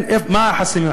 מה החסמים?